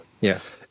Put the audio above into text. Yes